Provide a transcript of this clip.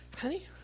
honey